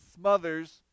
smothers